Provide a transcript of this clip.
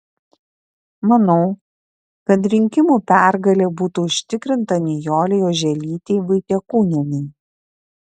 manau kad rinkimų pergalė būtų užtikrinta nijolei oželytei vaitiekūnienei